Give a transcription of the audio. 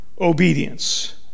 Obedience